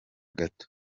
gato